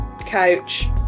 couch